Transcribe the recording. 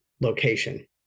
location